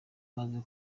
maze